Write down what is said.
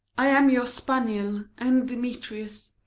i am your spaniel and, demetrius,